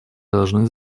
должны